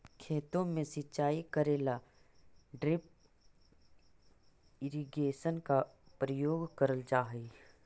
खेतों में सिंचाई करे ला ड्रिप इरिगेशन का प्रयोग करल जा हई